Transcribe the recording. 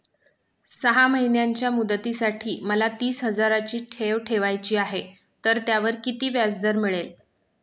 सहा महिन्यांच्या मुदतीसाठी मला तीस हजाराची ठेव ठेवायची आहे, तर त्यावर किती व्याजदर मिळेल?